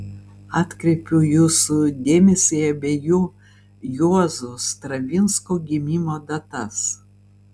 atkreipiu jūsų dėmesį į abiejų juozų stravinskų gimimo datas